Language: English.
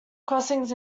crossings